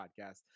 podcast